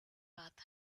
path